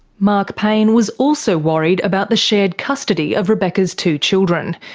mark payne was also worried about the shared custody of rebecca's two children.